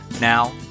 Now